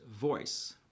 voice